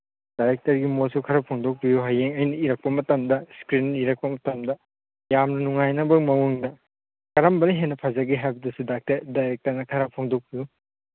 ꯗꯥꯏꯔꯦꯛꯇꯔꯒꯤ ꯃꯣꯠꯁꯨ ꯈꯔ ꯐꯣꯡꯗꯣꯛꯄꯤꯌꯨ ꯍꯌꯦꯡ ꯑꯩꯅ ꯏꯔꯛꯄ ꯃꯇꯝꯗ ꯏꯁꯀ꯭ꯔꯤꯟ ꯏꯔꯛꯄ ꯃꯇꯝꯗ ꯌꯥꯝꯅ ꯅꯨꯡꯉꯥꯏꯅꯕ ꯃꯑꯣꯡꯗ ꯀꯔꯝꯕꯅ ꯍꯦꯟꯅ ꯐꯖꯒꯦ ꯍꯥꯏꯕꯗꯨꯁꯨ ꯗꯥꯏꯔꯦꯛꯇꯔꯅ ꯈꯔ ꯐꯣꯡꯗꯣꯛꯄꯤꯌꯨ